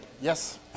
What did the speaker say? Yes